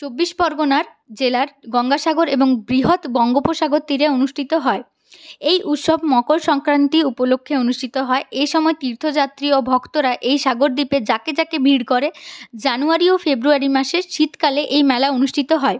চব্বিশ পরগণার জেলার গঙ্গাসাগর এবং বৃহৎ বঙ্গোপসাগর তীরে অনুষ্ঠিত হয় এই উৎসব মকর সংক্রান্তি উপলক্ষে অনুষ্ঠিত হয় এই সময় তীর্থযাত্রী ও ভক্তরা এই সাগরদ্বীপে ঝাকে ঝাকে ভিড় করে জানুয়ারি ও ফেব্রুয়ারী মাসের শীতকালে এই মেলা অনুষ্ঠিত হয়